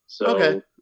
Okay